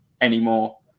anymore